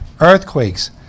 earthquakes